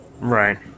Right